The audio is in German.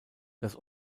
das